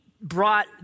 brought